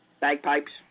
Bagpipes